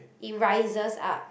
it rises up